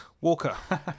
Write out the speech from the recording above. Walker